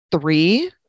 three